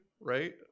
right